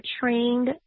trained